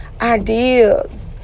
ideas